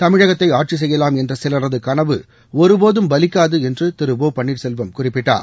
தமிழகத்தை ஆட்சி செய்யலாம் என்ற சிலரது கனவு ஒருபோதும் பலிக்காது திரு ஒ பன்னீர்செல்வம் குறிப்பிட்டார்